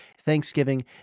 thanksgiving